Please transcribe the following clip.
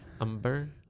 Umber